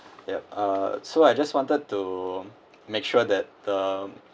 yup uh so I just wanted to make sure that the